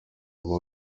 uba